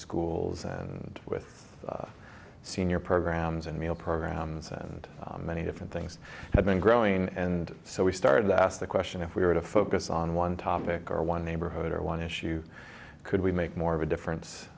schools and with senior programs and meal programs and many different things had been growing and so we started to ask the question if we were to focus on one topic or one neighborhood or one issue could we make more of a difference